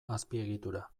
azpiegitura